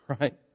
right